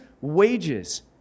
wages